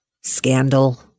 scandal